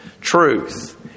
truth